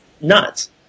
nuts